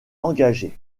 engagé